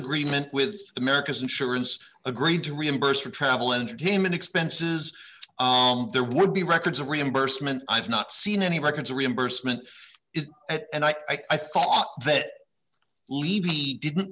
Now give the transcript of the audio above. agreement with america's insurance agreed to reimburse for travel entertainment expenses there would be records of reimbursement i've not seen any records or reimbursement and i thought that levy didn't